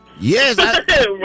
Yes